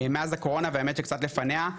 מאז הקורונה וקצת לפניה,